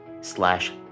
slash